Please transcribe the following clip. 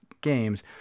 games